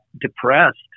depressed